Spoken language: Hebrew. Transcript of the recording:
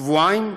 שבועיים.